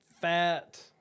fat